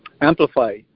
amplify